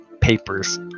papers